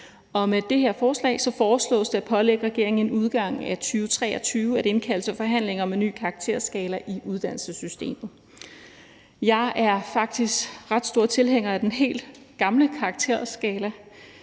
med det her forslag foreslås det at pålægge regeringen inden udgangen af 2023 at indkalde til forhandlinger om en ny karakterskala i uddannelsessystemet. Jeg er faktisk ret stor tilhænger af den helt gamle karakterskala